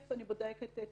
אני בודקת את